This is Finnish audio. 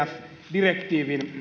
direktiivin